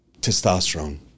testosterone